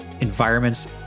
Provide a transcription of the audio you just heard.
environments